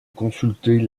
consulter